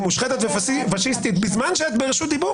מושחתת ופשיסטית בזמן שאת ברשות הדיבור